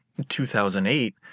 2008